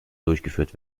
durchgeführt